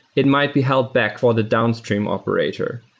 it might be held back for the downstream operator.